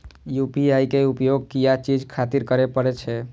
UPI के उपयोग किया चीज खातिर करें परे छे?